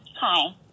Hi